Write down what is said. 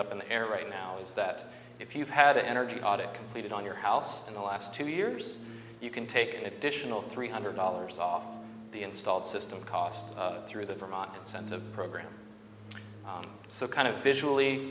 up in the air right now is that if you had an energy audit completed on your house in the last two years you can take additional three hundred dollars off the installed system cost through the vermont incentive program so kind of visually